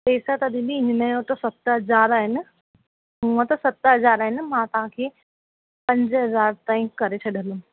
पेसा त दीदी हिन जा त सत हज़ार आहिनि हूंअ त सत हज़ार आहिनि मां तव्हांखे पंज हज़ार ताईं करे छॾंदमि